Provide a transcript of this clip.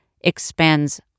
expands